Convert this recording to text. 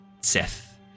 Seth